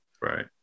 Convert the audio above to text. Right